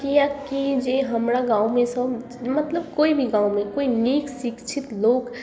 किएकि जे हमरा गाँवमे सब मतलब कोइभी गाँवमे कोइ नीक शिक्षित लोक